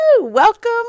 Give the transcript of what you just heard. welcome